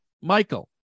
Michael